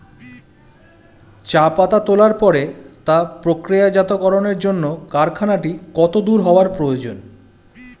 চা পাতা তোলার পরে তা প্রক্রিয়াজাতকরণের জন্য কারখানাটি কত দূর হওয়ার প্রয়োজন?